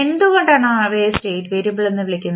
എന്തുകൊണ്ടാണ് അവയെ state variable എന്ന് വിളിക്കുന്നത്